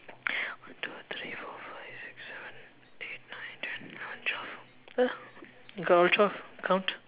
one two three four five six seven eight nine ten eleven twelve ya we got all twelve count